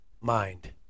mind